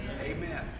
Amen